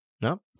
No